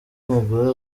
umugore